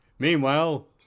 Meanwhile